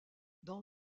dans